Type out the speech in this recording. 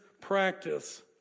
practice